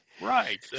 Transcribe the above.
Right